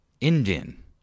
Indian